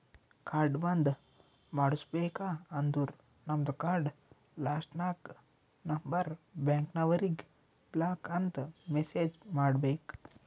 card ಬಂದ್ ಮಾಡುಸ್ಬೇಕ ಅಂದುರ್ ನಮ್ದು ಕಾರ್ಡ್ ಲಾಸ್ಟ್ ನಾಕ್ ನಂಬರ್ ಬ್ಯಾಂಕ್ನವರಿಗ್ ಬ್ಲಾಕ್ ಅಂತ್ ಮೆಸೇಜ್ ಮಾಡ್ಬೇಕ್